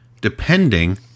depending